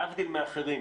להבדיל מאחרים,